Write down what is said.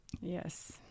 Yes